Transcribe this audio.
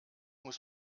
muss